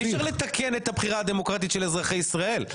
אי אפשר לתקן את הבחירה הדמוקרטית של אזרחי ישראל.